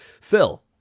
Phil